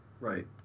Right